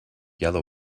yellow